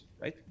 right